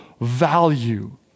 value